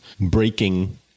breaking